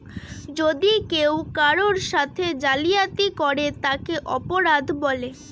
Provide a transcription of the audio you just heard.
যদি কেউ কারোর সাথে জালিয়াতি করে তাকে অপরাধ বলে